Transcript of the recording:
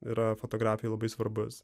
yra fotografijoj labai svarbus